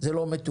זה לא מתוקצב.